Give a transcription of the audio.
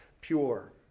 pure